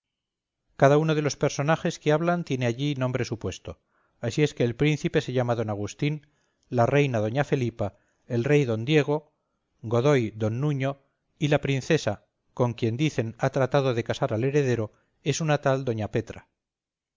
cada uno de los personajes que hablan tiene allí nombre supuesto así es que el príncipe se llama d agustín la reina doña felipa el rey d diego godoy d nuño y la princesa con quien dicen han tratado de casar al heredero es una tal doña petra